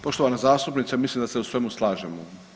Poštovana zastupnice, mislim da se u svemu slažemo.